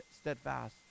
steadfast